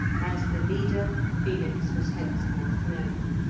as the leader, felix was henceforth known.